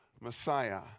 Messiah